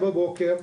גברתי,